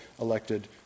elected